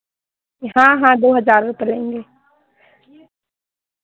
हाँ हाँ दो हज़ार रुपये लेंगे